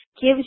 gives